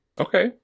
Okay